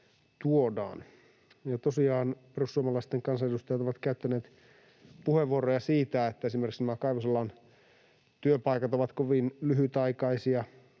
perussuomalaisten kansanedustajat ovat käyttäneet puheenvuoroja siitä, että esimerkiksi nämä kaivosalan työpaikat ovat kovin lyhytaikaisia